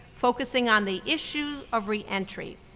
focusing on the issue of reentry.